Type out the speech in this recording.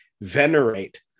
venerate